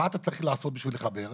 מה אתה צריך לעשות בשביל לחבר?